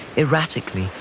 erratically,